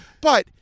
but-